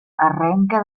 arrenca